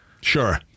Sure